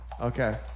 okay